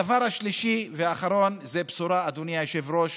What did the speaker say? הדבר השלישי והאחרון, אדוני היושב-ראש: